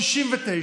1969